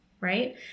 Right